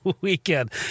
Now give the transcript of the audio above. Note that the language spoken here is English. weekend